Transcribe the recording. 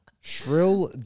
Shrill